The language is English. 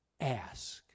ask